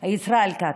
ישראל כץ.